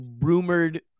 rumored